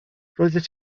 roeddet